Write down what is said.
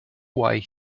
why